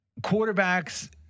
quarterbacks